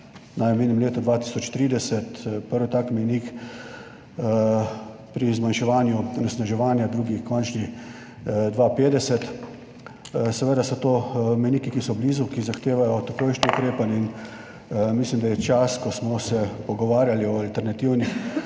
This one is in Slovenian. Naj omenim leto 2030, prvi tak mejnik pri zmanjševanju onesnaževanja, drugi, končni pa je 2050. Seveda so to mejniki, ki so blizu, ki zahtevajo takojšnje ukrepanje. Mislim, da je čas, ko smo se pogovarjali o alternativnih